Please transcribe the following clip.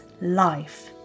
life